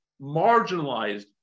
marginalized